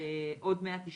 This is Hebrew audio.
עוד 197